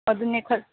ꯑꯗꯨꯅꯦ